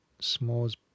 s'mores